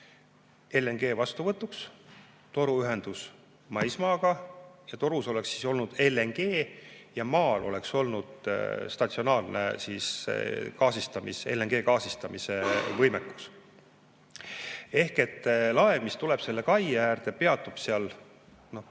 LNG vastuvõtuks, toruühendus maismaaga. Torus oleks olnud LNG ja maal oleks olnud statsionaarne LNG gaasistamise võimekus. Ehk laev, mis tuleb selle kai äärde, peatub seal